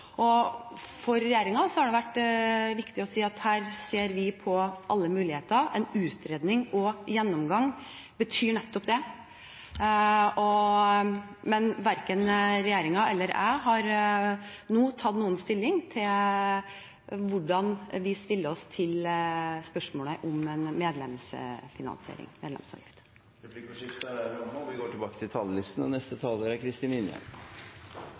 For regjeringen har det vært viktig å si at her ser vi på alle muligheter, og en utredning og gjennomgang betyr nettopp det. Men verken regjeringen eller jeg har nå tatt noen stilling til hvordan vi stiller oss til spørsmålet om en medlemsfinansiering. Replikkordskiftet er omme. De talere som heretter får ordet, har en taletid på inntil 3 minutter. I går